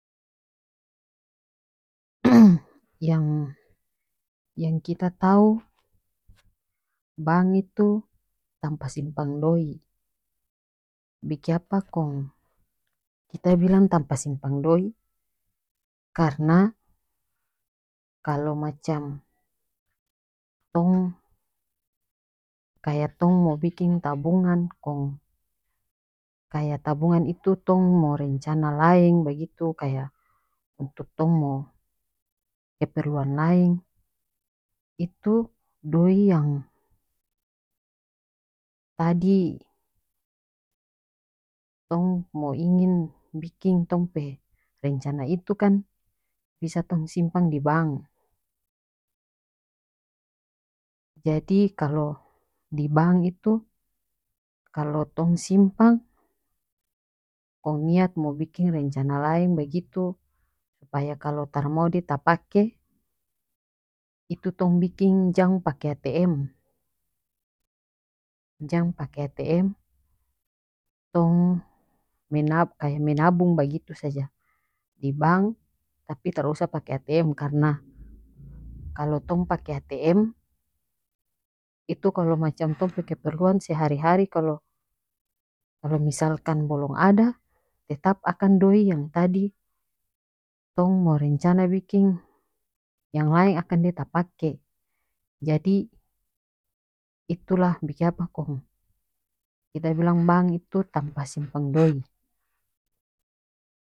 yang-yang kita tau bank itu tampa simpang doi bikiapa kong kita bilang tampa simpang doi karena kalo macam tong kaya tong mo biking tabungan kong kaya tabungan itu tong mo rencana laeng bagitu kaya untuk tong mo keperluan laeng itu doi yang tadi tong mo ingin biking tong pe rencana itu kan bisa tong simpang di bank jadi kalo di bank itu kalo tong simpang kong niat mo biking rencana laeng bagitu supaya kalo tara mau dia tapake itu tong biking jang pake atm jang pake atm tong kaya menabung bagitu saja di bank tapi tara usa pake atm karena kalo tong pake atm itu kalo macam tong pe keperluan sehari hari kalo kalo misalkan bolom ada tetap akang doi yang tadi tong mo rencana biking yang laeng akan dia tapake jadi itulah bikiapa kong kita bilang bank itu tampa simpang doi.